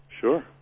Sure